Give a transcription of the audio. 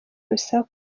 urusaku